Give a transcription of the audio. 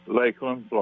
Lakeland